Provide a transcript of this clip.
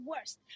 worst